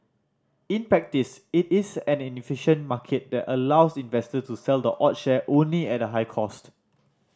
in practice it is an inefficient market that allows investors to sell the odd share only at a high cost